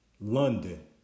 London